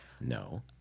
No